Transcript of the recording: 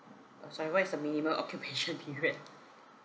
uh sorry what is the minimum occupation period